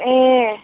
ए